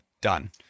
Done